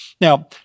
Now